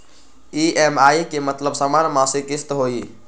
EMI के मतलब समान मासिक किस्त होहई?